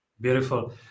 Beautiful